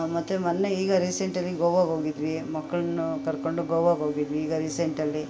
ಮತ್ತೆ ಮೊನ್ನೆ ಈಗ ರೀಸೆಂಟಲ್ಲಿ ಗೋವಾಗೋಗಿದ್ವಿ ಮಕ್ಕಳನ್ನು ಕರ್ಕೊಂಡು ಗೋವಾಗೋಗಿದ್ವಿ ಈಗ ರೀಸೆಂಟಲ್ಲಿ